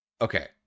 Okay